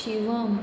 Shivam